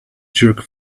jerk